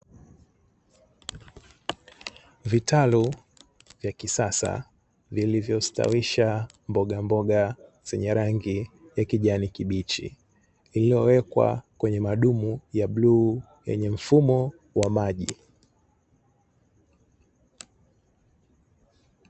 Vitalu vya kisasa vilovyostawisha mboga mboga zenye rangi ya kijani kibichi iliyowekwa kwenye madumu ya bluu yenye mfumo wa maji.